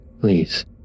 Please